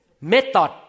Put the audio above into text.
method